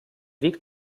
weg